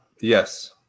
Yes